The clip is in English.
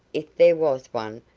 if there was one,